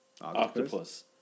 octopus